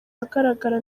ahagaragara